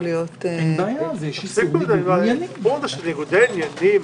אין בעיה, יש איסור לניגוד עניינים.